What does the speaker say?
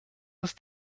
ist